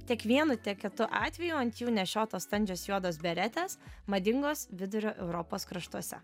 tiek vienu tiek kitu atveju ant jų nešiotos standžios juodos beretės madingos vidurio europos kraštuose